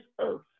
earth